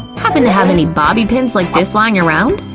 happen to have any bobbie pins like this lying around?